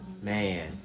man